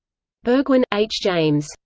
burgwyn, h. james.